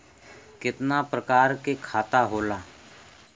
कितना प्रकार के खाता होला?